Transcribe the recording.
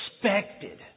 expected